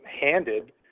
handed